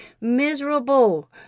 miserable